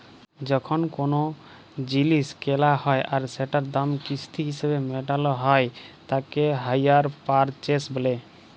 যখন কোলো জিলিস কেলা হ্যয় আর সেটার দাম কিস্তি হিসেবে মেটালো হ্য়য় তাকে হাইয়ার পারচেস বলে